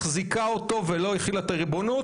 מחזיקה אותו ולא החילה את הריבונות.